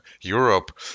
Europe